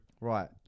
Right